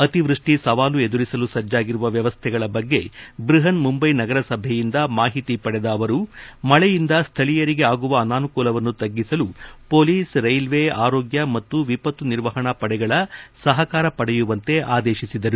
ಅತಿವೃಷ್ಟಿ ಸವಾಲು ಎದುರಿಸಲು ಸಜ್ಜಾಗಿರುವ ವ್ಯವಸ್ಥೆಗಳ ಬಗ್ಗೆ ಬೃಹನ್ ಮುಂಬಯಿ ನಗರ ಸಭೆಯಿಂದ ಮಾಹಿತಿ ಪಡೆದ ಅವರು ಮಳೆಯಿಂದ ಸ್ಥಳೀಯರಿಗೆ ಆಗುವ ಅನಾನುಕೂಲವನ್ನು ತಗ್ಗಿಸಲು ಹೊಲೀಸ್ ರೈಲ್ವೆ ಆರೋಗ್ಯ ಮತ್ತು ವಿಪತ್ತು ನಿರ್ವಹಣಾ ಪಡೆಗಳ ಸಹಕಾರ ಪಡೆಯುವಂತೆ ಆದೇಶಿಸಿದರು